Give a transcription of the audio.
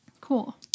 cool